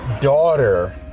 daughter